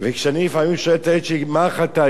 לפעמים, כשאני שואל את הילד שלי: מה אכלת היום?